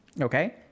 Okay